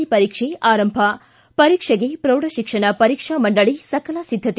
C ಪರೀಕ್ಷೆ ಆರಂಭ ಪರೀಕ್ಷೆಗೆ ಪ್ರೌಢ ಶಿಕ್ಷಣ ಪರೀಕ್ಷಾ ಮಂಡಳಿ ಸಕಲ ಸಿದ್ದತೆ